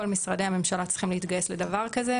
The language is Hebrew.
משרדי הממשלה צריכים להתגייס לדבר כזה,